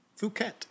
Phuket